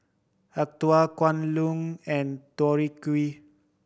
Acuto Kwan Loong and Tori Q